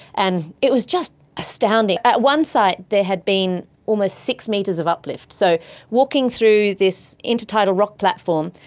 and it was just astounding. at one site there had been almost six metres of uplift. so walking through this intertidal rock platform,